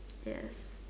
yes